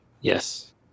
Yes